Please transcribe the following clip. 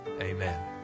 Amen